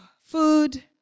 Food